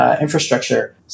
infrastructure